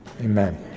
amen